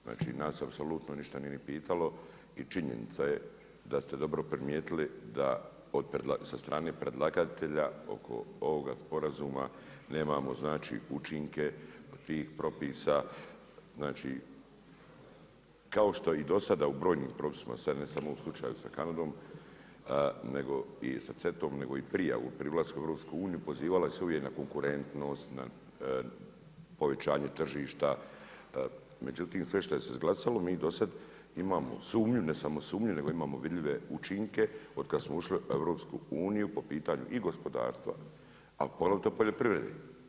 Znači nas se apsolutno nije ništa ni pitalo i činjenica je da ste dobro primijetili da sa strane predlagatelja oko ovog sporazuma nemamo učinke tih propisa, kao što i do sada u brojnim propisima, ne samo u slučaju sa Kanadom nego i sa CETA-om nego i prijavu pri ulasku u EU pozivalo se uvijek na konkurentnost, na povećanje tržišta, međutim sve što se je izglasalo mi do sada imamo sumnju, ne samo sumnju nego imamo vidljive učinke od kada smo ušli u EU po pitanju i gospodarstva, a poglavito poljoprivrede.